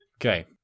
Okay